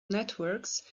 networks